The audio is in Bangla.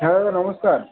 হ্যাঁ দাদা নমস্কার